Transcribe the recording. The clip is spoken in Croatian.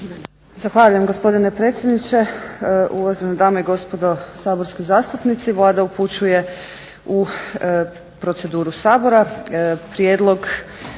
Zahvaljujem gospodine predsjedniče, uvažene dame i gospodo saborski zastupnici. Vlada upućuje u proceduru Sabora